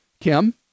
Kim